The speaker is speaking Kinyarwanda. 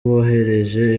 bohereje